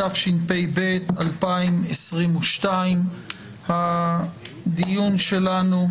התשפ"ב 2022. הדיון שלנו